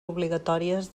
obligatòries